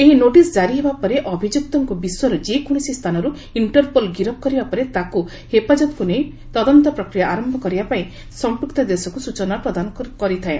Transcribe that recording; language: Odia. ଏହି ନୋଟିସ୍ ଜାରି ହେବା ପରେ ଅଭିଯୁକ୍ତଙ୍କୁ ବିଶ୍ୱର ଯେକୌଣସି ସ୍ଥାନରୁ ଇଣ୍ଟରପୋଲ୍ ଗିରଫ କରିବା ପରେ ତାକୁ ହେଫାଜତ୍କୁ ନେଇ ତଦନ୍ତ ପ୍ରକ୍ରିୟା ଆରମ୍ଭ କରିବାପାଇଁ ସମ୍ପୃକ୍ତ ଦେଶକୁ ସୂଚନା ପ୍ରଦାନ କରିଥାଏ